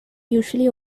usually